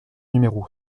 numéro